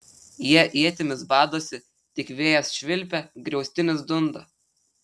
jie ietimis badosi tik vėjas švilpia griaustinis dunda